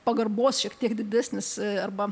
pagarbos šiek tiek didesnis arba